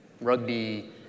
rugby